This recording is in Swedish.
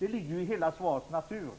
Det ligger i hela svarets natur.